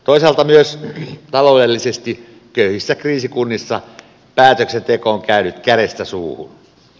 toisaalta myös taloudellisesti köyhissä kriisikunnissa päätöksenteko on käynyt kädestä suuhun